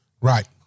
Right